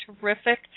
terrific